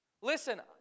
Listen